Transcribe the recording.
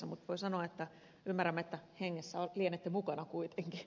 mutta voi sanoa että ymmärrämme että hengessä lienette mukana kuitenkin